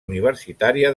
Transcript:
universitària